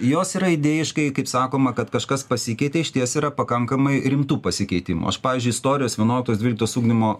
jos yra idėjiškai kaip sakoma kad kažkas pasikeitė išties yra pakankamai rimtų pasikeitimų aš pavyzdžiui istorijos vienuoliktos dvyliktos ugdymo